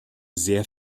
sehr